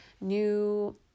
new